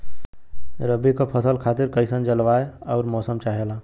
रबी क फसल खातिर कइसन जलवाय अउर मौसम चाहेला?